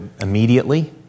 immediately